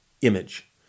image